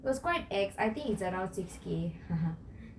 it was quite ex I think it's around six K haha